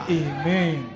amen